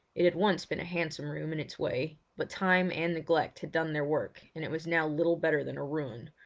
it had once been a handsome room in its way, but time and neglect had done their work and it was now little better than a ruin,